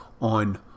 on